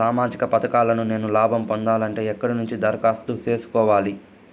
సామాజిక పథకాలను నేను లాభం పొందాలంటే ఎక్కడ నుంచి దరఖాస్తు సేసుకోవాలి?